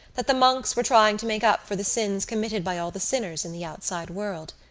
that the monks were trying to make up for the sins committed by all the sinners in the outside world.